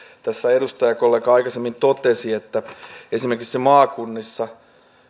tässä edustajakollega aikaisemmin totesi että esimerkiksi maakunnissa